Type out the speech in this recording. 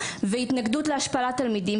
והתנגדות להשפלת תלמידים,